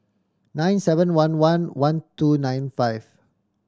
nine seven one one one two nine five